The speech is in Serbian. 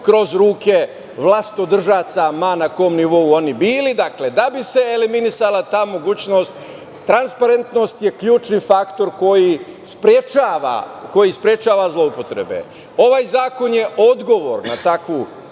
kroz ruke vlastodržaca, ma na kom nivou oni bili, da bi se eliminisala ta mogućnost, transparentnost je ključni faktor koji sprečava zloupotrebe. Ovaj zakon je odgovor na takvu